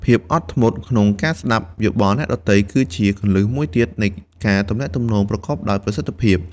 ភាពអត់ធ្មត់ក្នុងការស្ដាប់យោបល់អ្នកដទៃ គឺជាគន្លឹះមួយទៀតនៃការទំនាក់ទំនងប្រកបដោយប្រសិទ្ធភាព។